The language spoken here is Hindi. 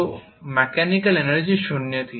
तो मेकॅनिकल एनर्जी शून्य थी